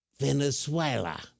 Venezuela